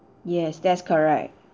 yes that's correct